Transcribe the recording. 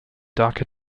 dhaka